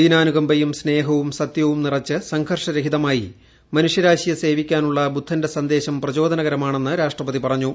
ദീനാനുകമ്പയും സ്നേഹവും സത്യവും നിറച്ച് സംഘർഷ രഹിതമായി മനുഷ്യരാശിയെ സേവിക്കാനുള്ള ബുദ്ധന്റെ സന്ദേശം പ്രചോദനകരമാണെന്ന് രാഷ്ട്രപതി പറഞ്ഞു